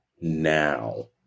now